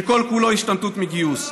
שכל-כולו השתמטות מגיוס.